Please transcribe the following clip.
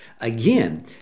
Again